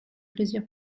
plaisir